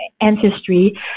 ancestry